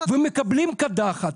ומקבלים קדחת.